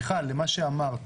מיכל, למה שאמרת,